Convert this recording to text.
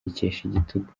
igitugu